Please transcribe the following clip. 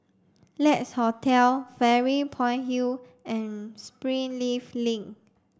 Lex Hotel Fairy Point Hill and Springleaf Link